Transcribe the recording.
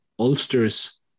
Ulster's